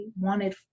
wanted